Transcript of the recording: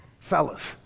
fellas